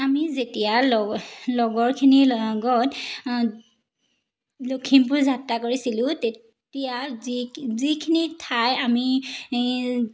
আমি যেতিয়া লগ লগৰখিনিৰ লগত লখিমপুৰ যাত্ৰা কৰিছিলোঁ তেতিয়া যি যিখিনি ঠাই আমি